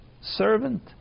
servant